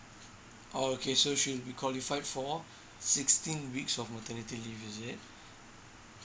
oh okay so she'll be qualified for sixteen weeks of maternity leave is it